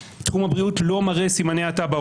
האם יוכלו להגן על הזכות לקיום מינימלי בכבוד?